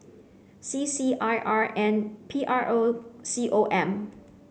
C C I R and P R O C O M